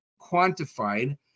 quantified